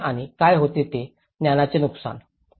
सातत्य आणि काय होते ते ज्ञानाचे नुकसान